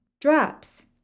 Drops